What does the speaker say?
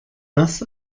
das